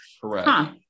Correct